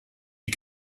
die